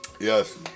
yes